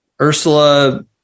Ursula